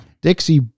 Dixie